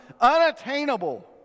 Unattainable